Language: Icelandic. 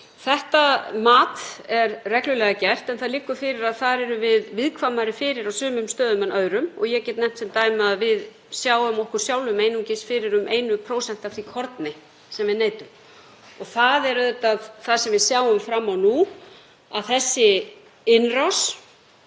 Þetta mat fer reglulega fram en það liggur fyrir að þar erum við viðkvæmari fyrir á sumum stöðum en öðrum. Ég get nefnt sem dæmi að við sjáum okkur sjálfum einungis fyrir um 1% af því korni sem við neytum. Það er auðvitað það sem við sjáum fram á nú, að þessi innrás